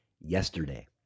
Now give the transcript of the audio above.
yesterday